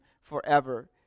forever